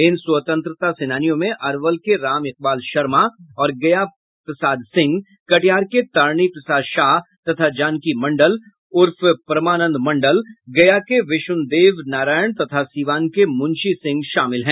इन स्वतंत्रता सेनानियों में अरवल के राम एकबाल शर्मा और गया प्रसाद सिंह कटिहार के तारणी प्रसाद शाह तथा जानकी मंडल उर्फ परमानंद मंडल गया के विश्णदेव नारायण तथा सीवान के मुंशी सिंह शामिल हैं